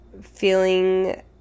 feeling